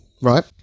Right